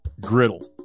Griddle